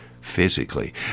physically